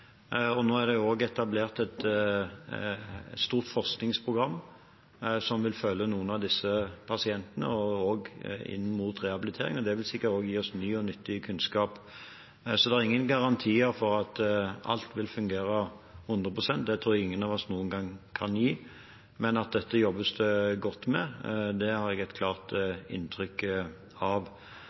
og nå er det også etablert et stort forskningsprogram som vil følge noen av disse pasientene, også inn mot rehabilitering, og det vil sikkert også gi oss ny og nyttig kunnskap. Det er ingen garantier for at alt vil fungere 100 pst., det tror jeg ingen av oss noen gang kan gi, men at det jobbes godt med dette, har jeg et klart inntrykk av.